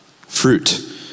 fruit